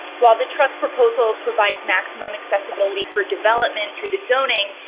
while the trust proposal provides maximum accessibility for development through the zoning.